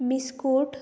biscuit